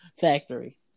factory